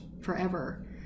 forever